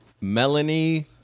Melanie